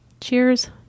Cheers